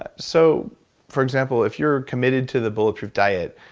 ah so for example, if you're committed to the bulletproof diet,